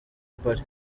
paris